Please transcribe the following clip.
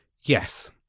Yes